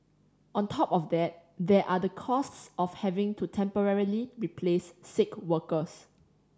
on top of that there are the costs of having to temporarily replace sick workers